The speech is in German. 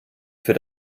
für